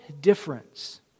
difference